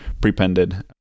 prepended